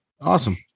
Awesome